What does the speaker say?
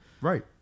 Right